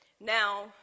Now